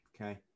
Okay